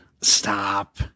Stop